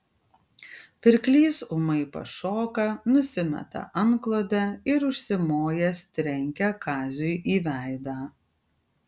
pirklys ūmai pašoka nusimeta antklodę ir užsimojęs trenkia kaziui į veidą